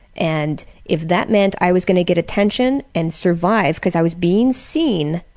and if that meant i was going to get attention and survive, because i was being seen,